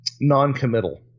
noncommittal